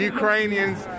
Ukrainians